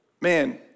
man